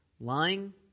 Lying